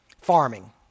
farming